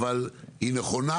היא נכונה,